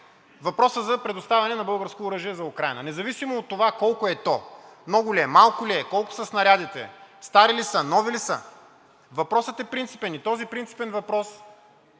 Въпросът е принципен и този принципен въпрос е